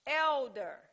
elder